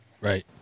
Right